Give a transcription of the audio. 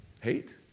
Hate